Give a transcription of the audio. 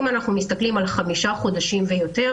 אם אנחנו מסתכלים על חמישה חודשים ומעלה,